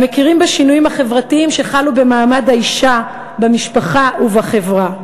המכירים בשינויים החברתיים שחלו במעמד האישה במשפחה ובחברה,